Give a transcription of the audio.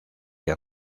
que